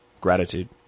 gratitude